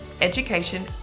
education